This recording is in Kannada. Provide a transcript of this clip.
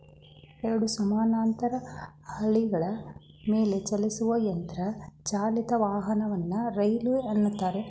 ಎರಡು ಸಮಾನಾಂತರ ಹಳಿಗಳ ಮೇಲೆಚಲಿಸುವ ಯಂತ್ರ ಚಾಲಿತ ವಾಹನವನ್ನ ರೈಲು ಎನ್ನುತ್ತಾರೆ